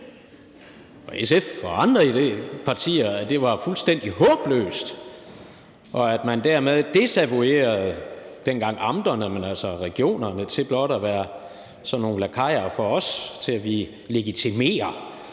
SF og andre partier; de mente, at det var fuldstændig håbløst, at man dermed desavouerede regionerne – dengang var det amterne – til blot at være sådan nogle lakajer for os, til at legitimere